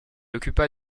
occupa